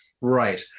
Right